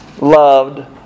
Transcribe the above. loved